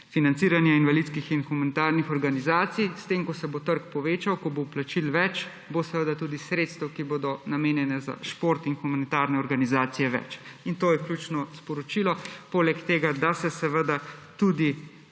financiranje invalidskih in humanitarnih organizacij. Ko se bo trg povečal, ko bo vplačil več, bo seveda tudi sredstev, ki bodo namenjena za šport in humanitarne organizacije, več. To je ključno sporočilo. Poleg tega, da se zadeva